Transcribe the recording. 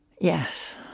yes